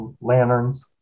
Lanterns